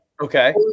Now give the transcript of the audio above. okay